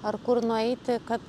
ar kur nueiti kad